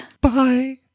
Bye